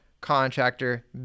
contractor